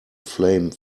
flame